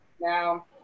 now